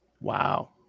Wow